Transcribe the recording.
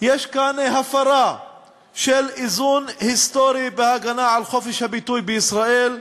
יש כאן הפרה של איזון היסטורי בהגנה על חופש הביטוי בישראל.